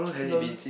lol